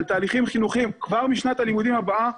תהליכים חינוכיים כבר משנת הלימודים הבאה.